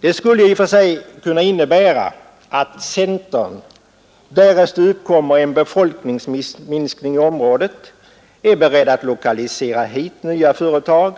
Det skulle ju i och för sig kunna innebära att centern — därest det uppkommer en befolkningsminskning i området — är beredd att lokalisera hit nya företag,